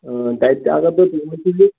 تَتہِ تہِ اگر تُہۍ